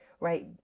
right